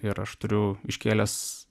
ir aš turiu iškėlęs